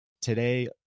Today